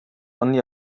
only